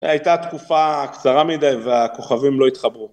הייתה תקופה קצרה מדי והכוכבים לא התחברו.